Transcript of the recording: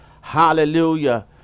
hallelujah